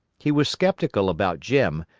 he was skeptical about jim,